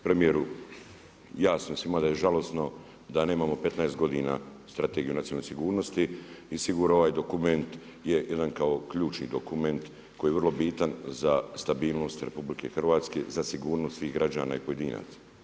Premjeru jasno je svima da je žalosno da nemamo 15 godina strategiju nacionalne sigurnosti i sigurno ovaj dokument je jedan ključni dokument koji je vrlo bitan za stabilnost RH, za sigurnost svih građana i pojedinaca.